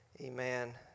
Amen